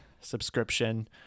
subscription